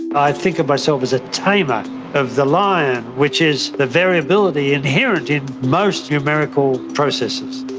i think of myself as a tamer of the lion, which is the variability inherent in most numerical processors.